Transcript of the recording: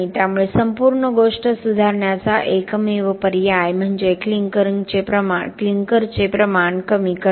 त्यामुळे संपूर्ण गोष्ट सुधारण्याचा एकमेव पर्याय म्हणजे क्लिंकरचे प्रमाण कमी करणे